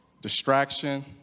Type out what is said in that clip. distraction